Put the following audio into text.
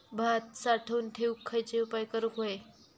भात साठवून ठेवूक खयचे उपाय करूक व्हये?